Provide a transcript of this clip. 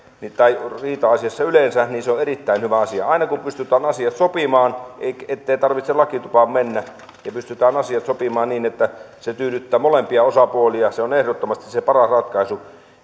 tai riita asioissa yleensä on erittäin hyvä asia aina kun pystytään asiat sopimaan ettei tarvitse lakitupaan mennä ja pystytään asiat sopimaan niin että se tyydyttää molempia osapuolia se on ehdottomasti se paras ratkaisu